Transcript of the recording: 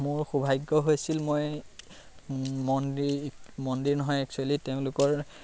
মোৰ সৌভাগ্য হৈছিল মই মন্দিৰ মন্দিৰ নহয় এক্সোৱেলি তেওঁলোকৰ